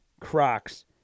Crocs